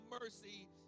mercy